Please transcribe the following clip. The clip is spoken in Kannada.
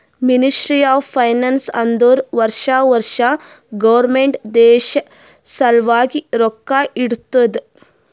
ಮಿನಿಸ್ಟ್ರಿ ಆಫ್ ಫೈನಾನ್ಸ್ ಅಂದುರ್ ವರ್ಷಾ ವರ್ಷಾ ಗೌರ್ಮೆಂಟ್ ದೇಶ ಸಲ್ವಾಗಿ ರೊಕ್ಕಾ ಇಡ್ತುದ